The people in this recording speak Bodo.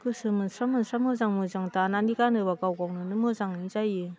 गोसो मोनस्रा मोनस्रा मोजां मोजां दानानै गानोबा गाव गावनानो मोजाङानो जायो